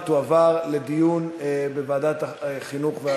ותועבר לדיון בוועדת החינוך,